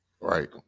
Right